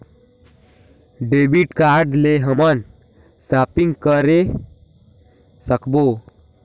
Debit card ले हमन shopping करे सकबो?